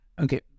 Okay